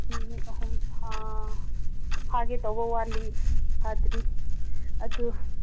minute ꯑꯍꯨꯝ ꯐꯥꯒꯦ ꯇꯧꯕ ꯋꯥꯠꯂꯤ ꯐꯥꯗ꯭ꯔꯤ ꯑꯗꯨ